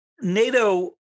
NATO